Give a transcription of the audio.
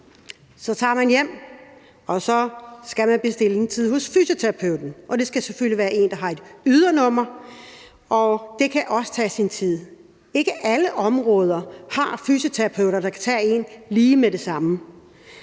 Så tager man hjem, og så skal man bestille en tid hos fysioterapeuten, og det skal selvfølgelig være en, der har et ydernummer, og det kan også tage sin tid. Ikke alle områder har fysioterapeuter, der kan tage en lige med det samme.